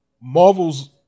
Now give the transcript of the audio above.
Marvel's